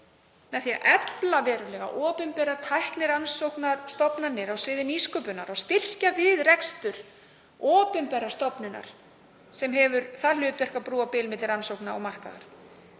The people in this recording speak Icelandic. með því að efla verulega opinberar tæknirannsóknastofnanir á sviði nýsköpunar og styrkja rekstur opinberrar stofnunar sem hefur það hlutverk að brúa bil milli rannsókna og markaðar.